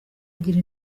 agira